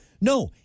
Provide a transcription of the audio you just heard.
No